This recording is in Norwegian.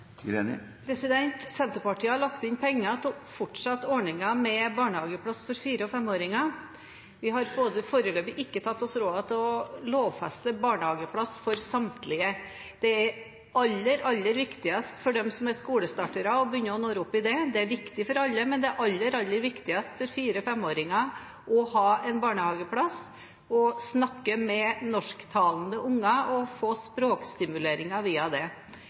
for? Senterpartiet har lagt inn penger til å fortsette ordningen med barnehageplass for fire- og femåringer. Vi har foreløpig ikke tatt oss råd til å lovfeste barnehageplass for samtlige. Det er aller, aller viktigst for dem som er skolestartere, at en begynner å ordne opp i det. Det er viktig for alle, men det er aller, aller viktigst for fire- og femåringer å ha en barnehageplass: å snakke med norsktalende unger og få språkstimulering via det.